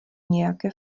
nějaké